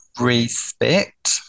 Respect